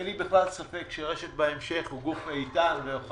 אין לי בכלל ספק שרש"ת היא גוף איתן ובהמשך היא